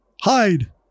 hide